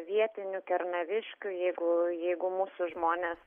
vietinių kernaviškių jeigu jeigu mūsų žmonės